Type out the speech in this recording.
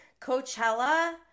Coachella